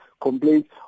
complaints